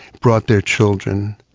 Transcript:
brought their children,